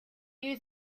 you